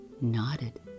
nodded